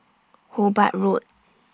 Hobart Road